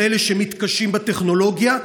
מול אלה שמתקשים בטכנולוגיה.